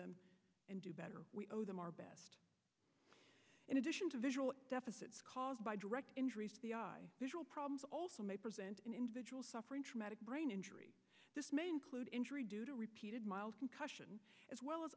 them and do better we owe them our best in addition to visual deficits caused by direct injury problems also may present individual suffering traumatic brain injury this may include injury due to repeated mild concussion as well as